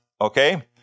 Okay